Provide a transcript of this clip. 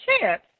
chance